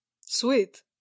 Sweet